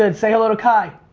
and say hello to kai.